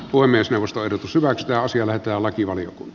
voi myös verkostoiduttu syvät ja silmät ja lakivalion